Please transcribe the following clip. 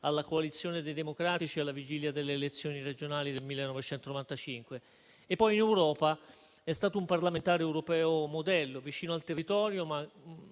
alla coalizione dei democratici, alla vigilia delle elezioni regionali del 1995, e poi in Europa. È stato un parlamentare europeo modello, vicino al territorio, ma